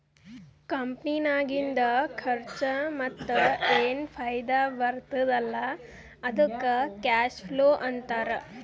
ಕಂಪನಿನಾಗಿಂದ್ ಖರ್ಚಾ ಮತ್ತ ಏನ್ ಫೈದಾ ಬರ್ತುದ್ ಅಲ್ಲಾ ಅದ್ದುಕ್ ಕ್ಯಾಶ್ ಫ್ಲೋ ಅಂತಾರ್